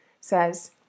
says